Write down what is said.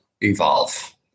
evolve